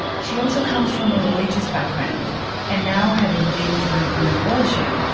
she also comes from a religious background and now having been through an abortion,